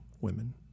women